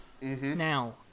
now